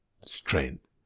strength